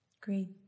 Great